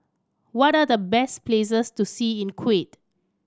what are the best places to see in Kuwait